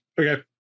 Okay